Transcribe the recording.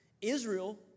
Israel